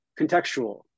contextual